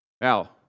Now